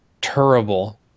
Terrible